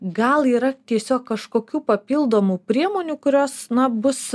gal yra tiesiog kažkokių papildomų priemonių kurios na bus